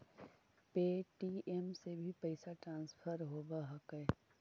Paytm से भी पैसा ट्रांसफर होवहकै?